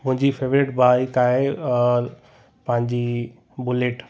मुंहिंजी favourite bike आहे पंहिंजी बुलेट